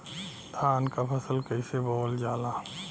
धान क फसल कईसे बोवल जाला?